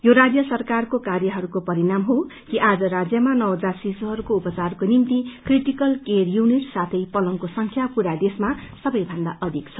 यो राज्य सरकारको कार्यहरूको परिणाम हो कि आज राज्यमा नवजात शिशुहरूको उपचारको निम्ति कटिकल केयर युनिइट साथै पतंगको संख्या पूरा देशमा सबैभन्दा अधिक छ